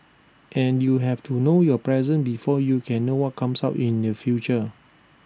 and you have to know your present before you can know what comes up in the future